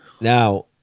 Now